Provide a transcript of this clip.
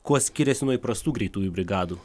kuo skiriasi nuo įprastų greitųjų brigadų